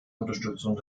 unterstützung